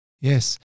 Yes